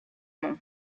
nom